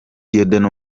dieudoné